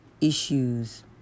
issues